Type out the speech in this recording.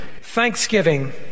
thanksgiving